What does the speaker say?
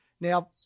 Now